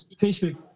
Facebook